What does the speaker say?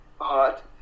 hot